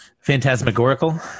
Phantasmagorical